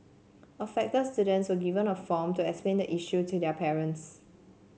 affected students were given a form to explain the issue to their parents